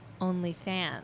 OnlyFans